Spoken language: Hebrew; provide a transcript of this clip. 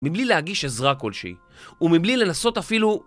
מבלי להגיש עזרה כלשהי, ומבלי לנסות אפילו...